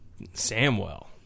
Samwell